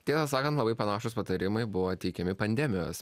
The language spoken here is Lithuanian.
tiesą sakant labai panašūs patarimai buvo teikiami pandemijos